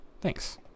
Thanks